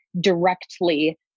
directly